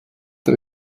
der